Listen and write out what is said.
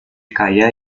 kaya